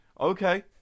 Okay